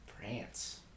France